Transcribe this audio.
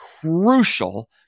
crucial